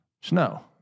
snow